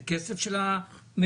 זה כסף של המבוטחים,